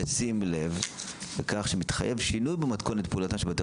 בשים לב לכך שמתחייב שינוי במתכונת פעולתם של בתי